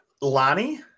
Lonnie